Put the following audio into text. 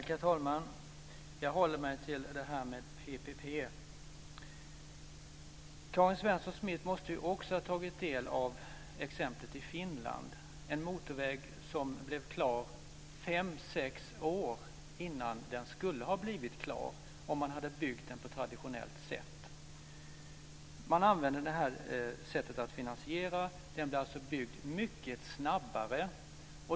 Herr talman! Jag håller mig till frågan om PPP. Karin Svensson Smith måste också ha tagit del av exemplet i Finland, där en motorväg blev klar fem sex år innan den skulle ha blivit klar om man hade byggt den på traditionellt sätt. Man använde det här sättet att finansiera, och den blev alltså byggd mycket snabbare.